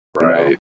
right